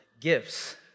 gifts